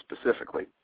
specifically